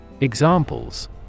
Examples